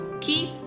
Keep